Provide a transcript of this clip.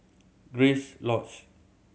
Grace Lodge